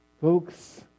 Folks